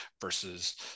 versus